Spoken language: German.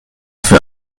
für